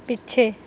ਪਿੱਛੇ